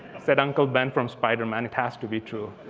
said uncle ben from spiderman, it has to be true.